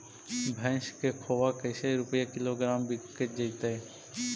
भैस के खोबा कैसे रूपये किलोग्राम बिक जइतै?